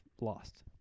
lost